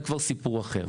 זה כבר סיפור אחר.